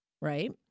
right